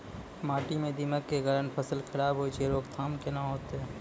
माटी म दीमक के कारण फसल खराब होय छै, रोकथाम केना होतै?